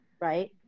right